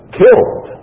killed